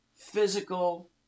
physical